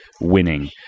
winning